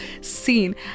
scene